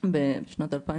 2011